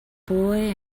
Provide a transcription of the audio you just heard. boy